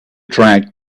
track